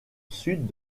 sud